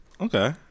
Okay